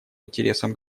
интересам